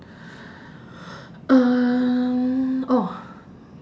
um